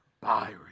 Byron